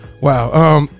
Wow